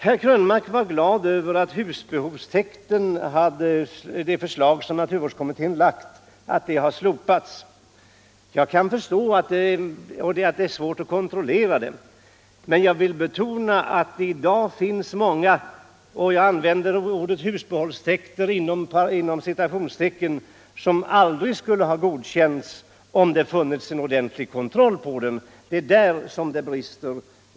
Herr Krönmark var glad över att husbehovstäkten enligt naturvårdskommitténs förslag hade slopats. Jag kan förstå svårigheten med kontroll av denna. Men jag vill betona att det i dag finns många ”husbehovstäkter” som aldrig skulle ha godkänts om det funnits en ordentlig kontroll på dem. Det är där som det brister.